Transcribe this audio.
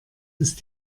ist